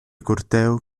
corteo